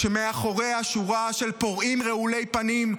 כשמאחוריה שורה של פורעים רעולי פנים,